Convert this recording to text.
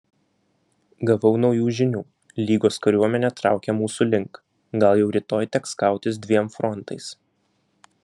gavau naujų žinių lygos kariuomenė traukia mūsų link gal jau rytoj teks kautis dviem frontais